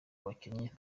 abakinnyi